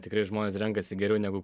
tikrai žmonės renkasi geriau negu